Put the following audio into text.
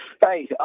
Hey